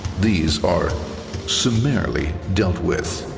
these are summarily dealt with.